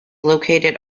located